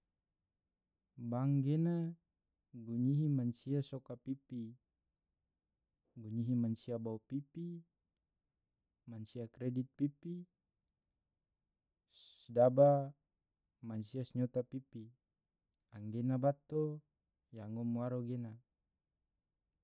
bank gena gunyihi mansia soka pipi gunyihi mansia bau pipi, mansia kredit pipi, sedaba mansia senyota pipi anggena bato yang ngom waro gena.